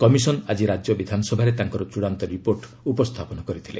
commission ଆଜି ରାଜ୍ୟ ବିଧାନସଭାରେ ତାଙ୍କର ଚୂଡ଼ାନ୍ତ ରିପୋର୍ଟ ଉପସ୍ଥାପନ କରିଥିଲେ